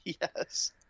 Yes